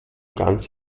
ganz